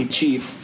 Chief